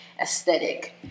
aesthetic